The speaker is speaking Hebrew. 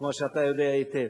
כמו שאתה יודע היטב.